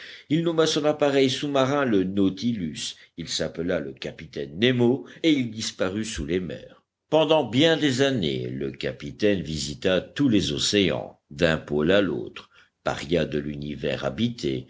il nomma son appareil sous-marin le nautilus il s'appela le capitaine nemo et il disparut sous les mers pendant bien des années le capitaine visita tous les océans d'un pôle à l'autre paria de l'univers habité